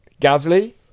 Gasly